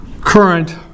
current